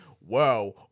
wow